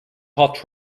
hot